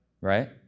right